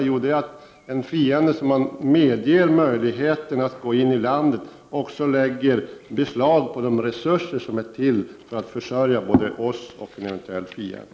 Jo, en fiende som man medger möjlighet att gå in i landet lägger också beslag på de resurser som är till för att försörja både oss och en eventuell fiende.